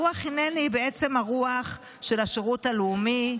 רוח "הינני" היא בעצם הרוח של השירות הלאומי.